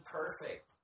perfect